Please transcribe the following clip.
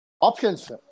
options